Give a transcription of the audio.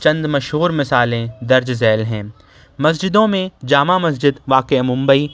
چند مشہور مثالیں درج ذیل ہیں مسجدوں میں جامع مسجد واقع ممبئی